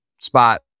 spot